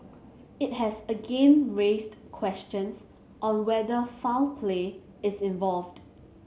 it has again raised questions on whether foul play is involved